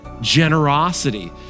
generosity